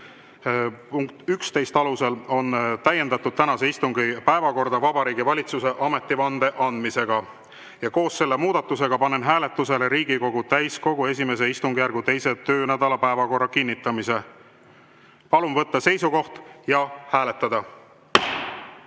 punkti 11 alusel on täiendatud tänase istungi päevakorda Vabariigi Valitsuse ametivande andmisega. Koos selle muudatusega panen hääletusele Riigikogu täiskogu I istungjärgu 2. töönädala päevakorra kinnitamise. Palun võtta seisukoht ja hääletada!